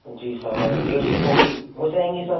जी sir डेढ़ सौ copy हो जाएँगी सर